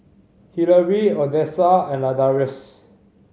Hilary Odessa and Ladarius